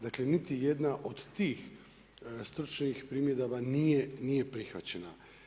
Dakle, niti jedna od tih stručnih primjedaba nije prihvaćena.